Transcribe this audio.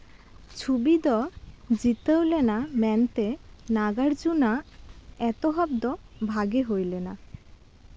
ᱪᱷᱚᱵᱤ ᱫᱚ ᱡᱤᱛᱟᱹᱣ ᱞᱮᱱᱟ ᱢᱮᱱᱛᱮ ᱱᱟᱜᱟᱨᱡᱩᱱᱟᱜ ᱮᱛᱚᱦᱚᱵ ᱫᱚ ᱵᱷᱟᱜᱮ ᱦᱩᱭ ᱞᱮᱱᱟ